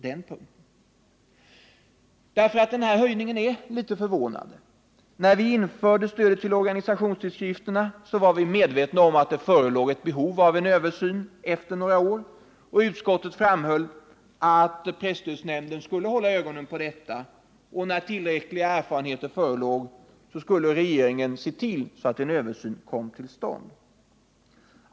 Den här höjningen är nämligen litet förvånande. När vi införde stödet till organisationstidskrifterna var vi medvetna om att det förelåg behov av en översyn efter några år, och utskottet framhöll att presstödsnämnden skulle hålla ögonen på detta. När tillräckliga erfarenheter förelåg skulle regeringen se till att en översyn kom till stånd.